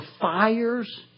fires